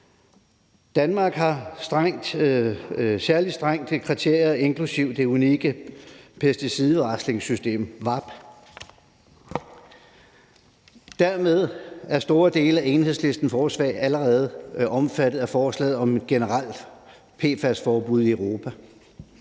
Danmark har særlig strenge kriterier inklusive det unikke pesticidvarslingssystem VAP. Dermed er store dele af Enhedslistens forslag allerede omfattet af forslaget om et generelt PFAS-forbud i Europa.